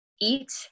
eat